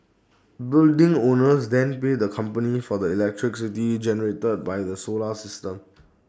building owners then pay the company for the electricity generated by the solar system